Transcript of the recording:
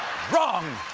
wrong!